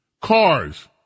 cars